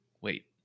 wait